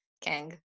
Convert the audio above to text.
Kang